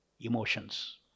emotions